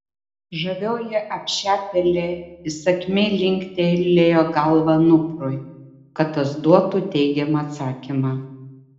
žavioji apšepėlė įsakmiai linktelėjo galva anuprui kad tas duotų teigiamą atsakymą